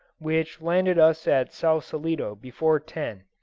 which landed us at sausalitto before ten.